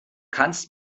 kannst